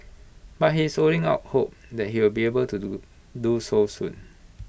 but he is holding out hope that he will be able to do do so soon